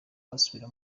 basubira